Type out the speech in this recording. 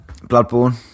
Bloodborne